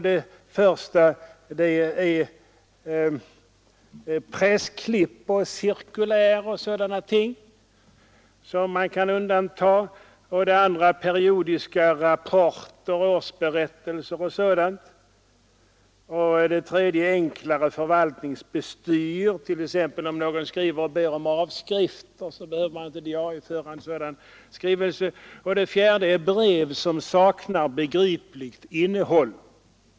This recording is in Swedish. Den första kategorin är pressklipp, cirkulär och sådana ting, den andra är periodiska rapporter, årsberättelser och liknande, den tredje gäller enklare förvaltningsbestyr. Om någon skriver Diarieföringen och t.ex. ber om en avskrift, behöver man inte diarieföra en sådan MOM statsdepartementen skrivelse. Den fjärde kategorin är handling ”som saknar begripligt innehåll”.